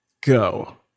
go